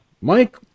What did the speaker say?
Mike